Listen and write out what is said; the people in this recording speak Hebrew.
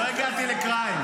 לחם, כמה עולה לחם?